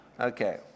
okay